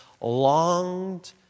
longed